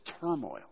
turmoil